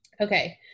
Okay